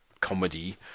comedy